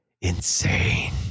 insane